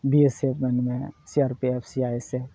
B S F ᱢᱮᱱᱢᱮ C R P F C I S F